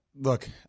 look